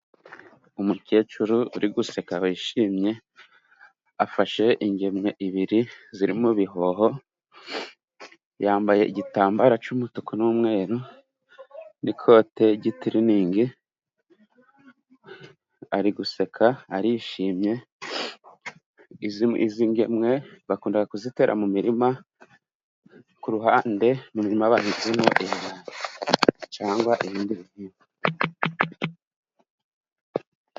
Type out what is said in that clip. Umukecuru uri guseka wishimye, afashe ingemwe ebyiri zirimo ibihoho, yambaye igitambaro cy'umutuku n'umweru n'ikote ryi'tiriningi, ari guseka arishimye, izi ngemwe bakunda kuzitera mu mirima, kuruhande mumurima harunzemo imyanda, cyangwa ibindi bihingwa.